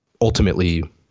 ultimately